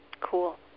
Cool